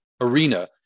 arena